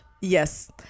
Yes